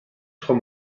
trop